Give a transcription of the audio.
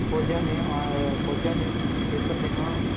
फौजा नै फौजै नै पेपर देना